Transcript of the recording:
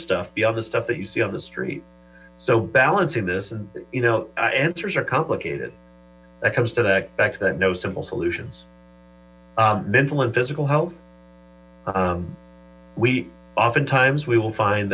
stuff the other stuff that you see on the street so balancing this and you know answers are complicated that comes to fact that no simple solutions mental and physical health we oftentimes we will find